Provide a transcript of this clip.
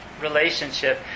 relationship